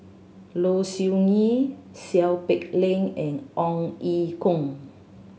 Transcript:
Low Siew Nghee Seow Peck Leng and Ong Ye Kung